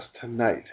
tonight